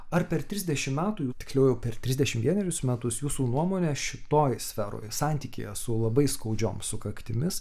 ar per trisdešimt metų jau tiksliau jau per trisdešimt vienerius metus jūsų nuomone šitoj sferoj santykyje su labai skaudžiom sukaktimis